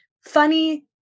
funny